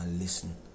listen